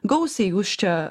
gausiai jūs čia